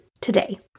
today